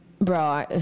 bro